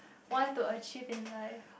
want to achieve in life